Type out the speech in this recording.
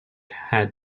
had